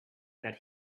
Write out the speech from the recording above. that